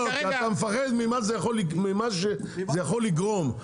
אבל אתה מפחד ממה שזה יכול לגרום.